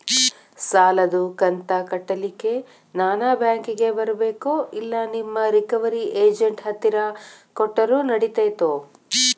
ಸಾಲದು ಕಂತ ಕಟ್ಟಲಿಕ್ಕೆ ನಾನ ಬ್ಯಾಂಕಿಗೆ ಬರಬೇಕೋ, ಇಲ್ಲ ನಿಮ್ಮ ರಿಕವರಿ ಏಜೆಂಟ್ ಹತ್ತಿರ ಕೊಟ್ಟರು ನಡಿತೆತೋ?